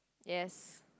yes